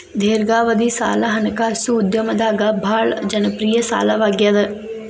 ದೇರ್ಘಾವಧಿ ಸಾಲ ಹಣಕಾಸು ಉದ್ಯಮದಾಗ ಭಾಳ್ ಜನಪ್ರಿಯ ಸಾಲವಾಗ್ಯಾದ